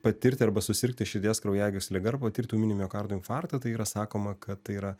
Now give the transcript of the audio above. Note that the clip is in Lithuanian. patirti arba susirgti širdies kraujagyslių liga ar patirti miokardo infarktą tai yra sakoma kad tai yra